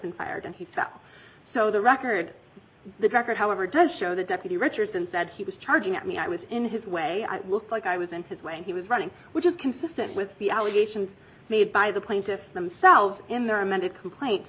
and fired and he fell so the record the guckert however does show the deputy richardson said he was charging at me i was in his way i looked like i was in his way and he was running which is consistent with the allegations made by the plaintiffs themselves in their amended complaint